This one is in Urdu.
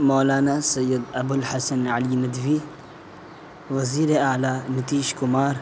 مولانا سید ابو الحسن علی ندوی وزیراعلیٰ نتیش کمار